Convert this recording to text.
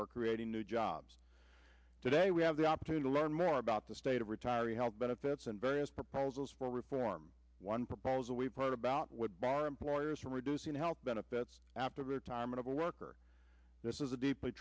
or creating new jobs today we have the opportunity learn more about the state of retiree health benefits and various proposals for reform one proposal we've heard about would bar employers from reducing health benefits after retirement of a worker this is a deeply